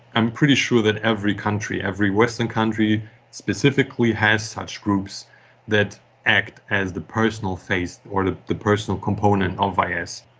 i'm pretty sure that every country, every western country specifically has such groups that act as the personal face or the the personal component of is.